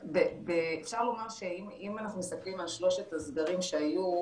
אפשר לומר שאם אנחנו מסתכלים על שלושת הסגרים שהיו,